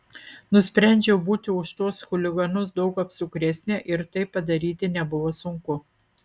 nusprendžiau būti už tuos chuliganus daug apsukresnė ir tai padaryti nebuvo sunku